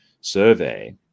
survey